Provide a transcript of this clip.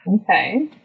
Okay